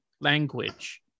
language